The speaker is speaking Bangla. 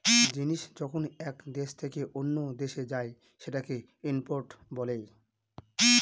জিনিস যখন এক দেশ থেকে অন্য দেশে যায় সেটাকে ইম্পোর্ট বলে